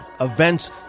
events